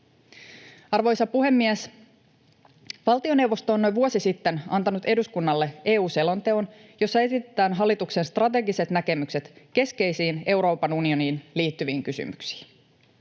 Arvoisa puhemies! Valtioneuvosto on noin vuosi sitten antanut eduskunnalle EU-selonteon, jossa esitetään hallituksen strategiset näkemykset keskeisiin Euroopan unioniin liittyviin kysymyksiin.